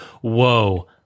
whoa